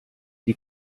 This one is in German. die